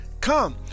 Come